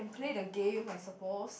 play the game I suppose